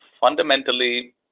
Fundamentally